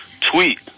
tweet